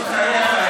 לא רציתם.